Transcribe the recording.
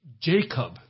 Jacob